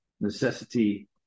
necessity